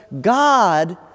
God